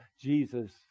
Jesus